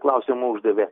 klausimą uždavė